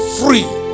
free